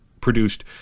produced